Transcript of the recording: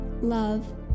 Love